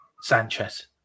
Sanchez